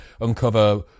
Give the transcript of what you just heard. uncover